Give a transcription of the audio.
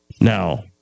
Now